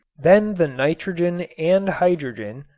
then the nitrogen and hydrogen,